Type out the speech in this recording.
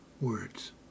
words